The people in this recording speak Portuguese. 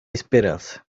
esperança